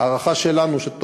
ההערכה שלנו,